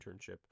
internship